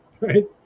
right